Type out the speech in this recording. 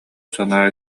санаа